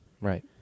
Right